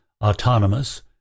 autonomous